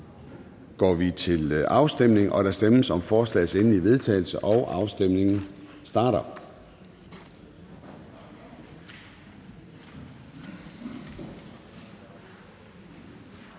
Formanden (Søren Gade): Der stemmes om forslagets endelige vedtagelse, og afstemningen starter.